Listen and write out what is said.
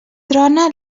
trona